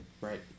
Right